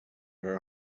her